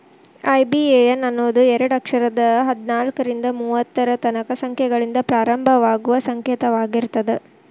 IBAN ಅನ್ನೋದು ಎರಡ ಅಕ್ಷರದ್ ಹದ್ನಾಲ್ಕ್ರಿಂದಾ ಮೂವತ್ತರ ತನಕಾ ಸಂಖ್ಯೆಗಳಿಂದ ಪ್ರಾರಂಭವಾಗುವ ಸಂಕೇತವಾಗಿರ್ತದ